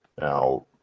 Now